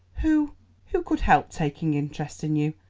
who who could help taking interest in you?